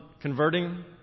converting